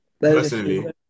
Personally